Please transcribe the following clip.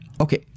Okay